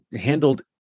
handled